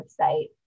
website